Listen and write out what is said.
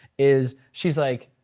is she's like,